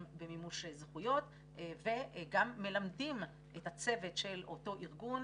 במימוש זכויות וגם מלמדים את הצוות של אותו ארגון,